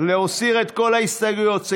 מסיר את כל ההסתייגויות.